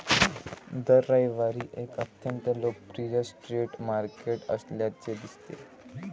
दर रविवारी एक अत्यंत लोकप्रिय स्ट्रीट मार्केट असल्याचे दिसते